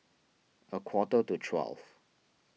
a quarter to twelve